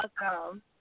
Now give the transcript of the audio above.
Welcome